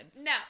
No